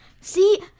See